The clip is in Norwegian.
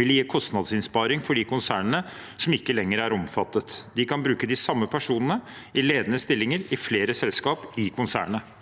vil gi kostnadsinnsparing for de konsernene som ikke lenger er omfattet. De kan bruke de samme personene i ledende stillinger i flere selskap i konsernet.